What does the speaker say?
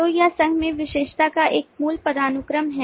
तो यह संघ में विशेषज्ञता का एक मूल पदानुक्रम है